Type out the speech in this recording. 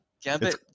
Gambit